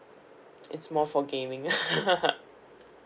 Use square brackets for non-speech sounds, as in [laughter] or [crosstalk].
it's more for gaming [laughs]